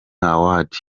awards